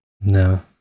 No